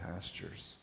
pastures